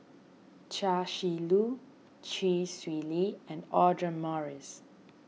Chia Shi Lu Chee Swee Lee Audra Morrice